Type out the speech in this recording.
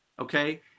okay